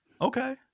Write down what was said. Okay